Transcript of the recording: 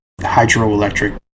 hydroelectric